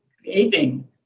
creating